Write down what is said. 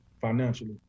financially